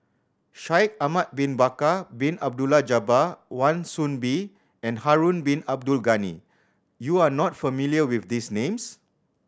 Shaikh Ahmad Bin Bakar Bin Abdullah Jabbar Wan Soon Bee and Harun Bin Abdul Ghani you are not familiar with these names